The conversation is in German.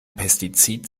pestizid